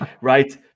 Right